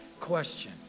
question